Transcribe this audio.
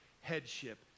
headship